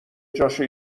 جاشو